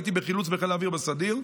הייתי בחילוץ בחיל האוויר בסדיר.